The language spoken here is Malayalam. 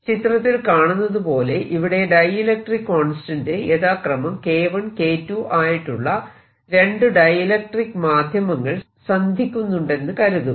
ചിത്രത്തിൽ കാണുന്നതുപോലെ ഇവിടെ ഡൈഇലക്ട്രിക്ക് കോൺസ്റ്റന്റ് യഥാക്രമം K1 K2 ആയിട്ടുള്ള രണ്ടു ഡൈഇലക്ട്രിക്ക് മാധ്യമങ്ങൾ സന്ധിക്കുന്നുണ്ടെന്ന് കരുതുക